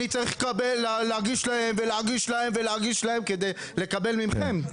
אני צריך להגיש להם ולהגיש להם ולהגיש להם כדי לקבל ממכם.